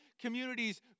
communities